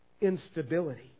Instability